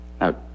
Now